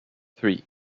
three